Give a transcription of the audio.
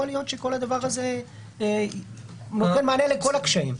יכול להיות שכל הדבר הזה נותן מענה לכל הקשיים.